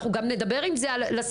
אני אדבר על זה גם עם השר,